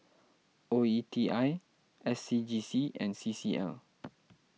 O E T I S C G C and C C L